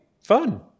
fun